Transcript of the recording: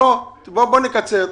בוא נקצר.